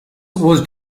was